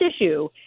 issue